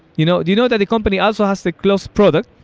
you know you know that a company also has the close product,